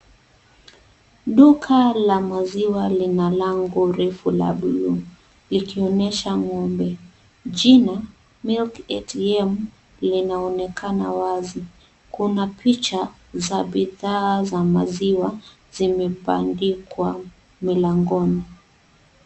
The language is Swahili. Duka la maziwa lina lango refu la blue likionyesha ng'ombe. Jina milk ATM linaonekana wazi. Kuna picha za bidhaa za maziwa zimebandikwa milangoni.